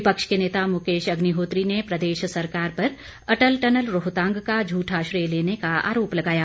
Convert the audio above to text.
विपक्ष के नेता मुकेश अग्निहोत्री ने प्रदेश सरकार पर अटल टनल रोहतांग का झूठा श्रेय लेने का आरोप लगाया